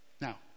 Now